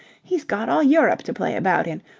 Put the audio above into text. he's got all europe to play about in,